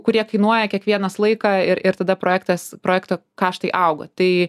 kurie kainuoja kiekvienas laiką ir ir tada projektas projekto kaštai auga tai